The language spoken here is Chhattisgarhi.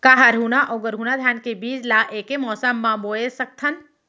का हरहुना अऊ गरहुना धान के बीज ला ऐके मौसम मा बोए सकथन?